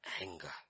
anger